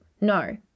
no